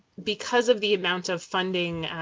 because of the amount of funding,